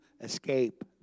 escape